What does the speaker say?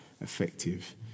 effective